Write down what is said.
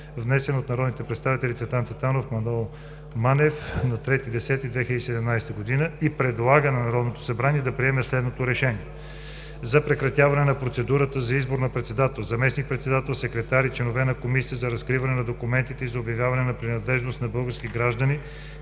внесен от народните представители Цветан Цветанов и Маноил Манев на 3 октомври 2017 г., и предлага на Народното събрание да приеме следното: „РЕШЕНИЕ за прекратяване на процедурата за избор на председател, заместник-председател, секретар и членове на Комисията за разкриване на документите и за обявяване на принадлежност на български граждани